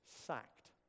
sacked